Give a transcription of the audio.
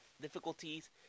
difficulties